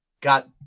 got